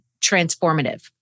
transformative